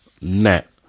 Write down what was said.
net